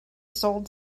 sold